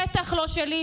בטח לא שלי,